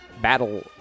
battle